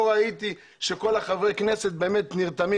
לא ראיתי שכל חברי הכנסת באמת נרתמים